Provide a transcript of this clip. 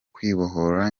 kwibohora